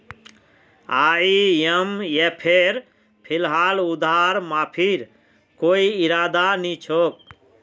आईएमएफेर फिलहाल उधार माफीर कोई इरादा नी छोक